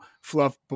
fluff